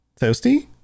toasty